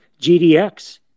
GDX